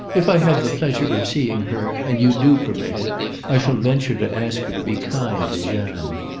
if i have the pleasure of seeing her and you do permit it i shall venture to ask her to be kind to jeanne.